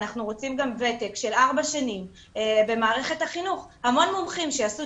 אנחנו רוצים גם ותק של ארבע שנים במערכת החינוך' המון מומחים שעשו